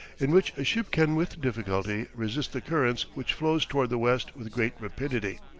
in which a ship can with difficulty resist the currents which flow towards the west with great rapidity.